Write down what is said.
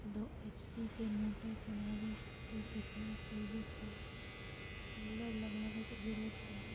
दो एच.पी के मोटर चलावे ले कितना के.वी के सोलर लगावे के जरूरत पड़ते?